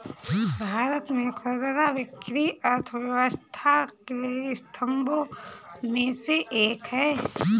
भारत में खुदरा बिक्री अर्थव्यवस्था के स्तंभों में से एक है